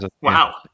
wow